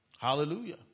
Hallelujah